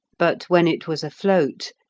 but when it was afloat,